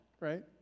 right